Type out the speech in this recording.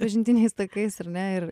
pažintiniais takais ar ne ir